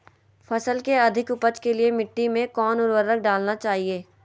फसल के अधिक उपज के लिए मिट्टी मे कौन उर्वरक डलना चाइए?